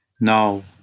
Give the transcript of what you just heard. Now